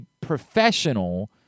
professional